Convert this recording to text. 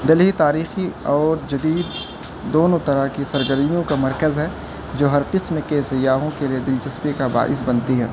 دہلی تاریخی اور جدید دونوں طرح کی سرگرمیوں کا مرکز ہے جو ہر قسم کے سیاحوں کے لیے دلچسپی کا باعث بنتی ہے